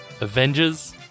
Avengers